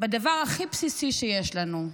בדבר הכי בסיסי שיש לנו,